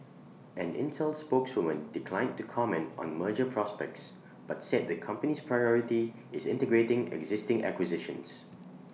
an Intel spokeswoman declined to comment on merger prospects but said the company's priority is integrating existing acquisitions